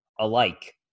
alike